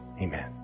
Amen